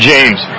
James